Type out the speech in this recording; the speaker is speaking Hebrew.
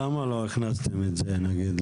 למה לא הכנסתם את זה לתוכנית?